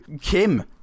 Kim